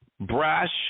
brash